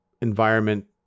environment